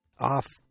off